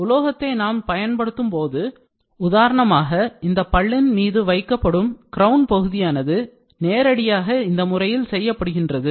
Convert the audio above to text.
உலோகத்தை நாம் பயன்படுத்தும் போது எடுத்துக்காட்டுக்கு இந்த பல்லின் மீது வைக்கப்படும் crown பகுதியானது நேரடியாக இந்த முறையில் செய்யப்படுகின்றது